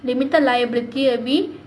limited liability will be